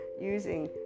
using